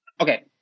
Okay